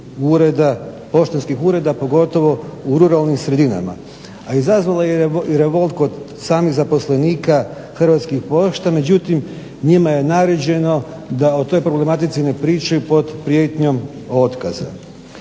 mnogih poštanskih ureda pogotovo u ruralnim sredinama. A izazvala je i revolt kod samih zaposlenika Hrvatskih pošta, međutim njima je naređeno da o toj problematici ne pričaju pod prijetnjom otkaza.